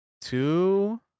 two